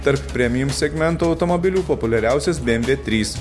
tarp premium segmento automobilių populiariausias bmw trys